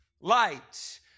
light